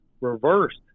reversed